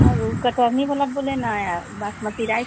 और वह कतरनी वाला बोले ना बासमती राइस